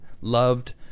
loved